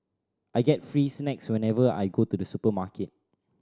I get free snacks whenever I go to the supermarket